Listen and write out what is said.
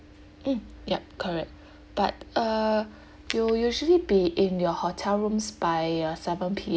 mm yup correct but uh you will usually be in your hotel rooms by uh seven P_M